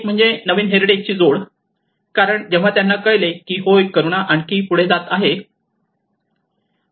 एक म्हणजे नवीन हेरिटेज ची जोड कारण जेव्हा त्यांना कळले की होय किरुणा आणखी पुढे जात आहे